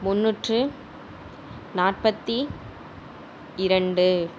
முந்நூற்று நாற்பத்து இரண்டு